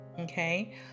Okay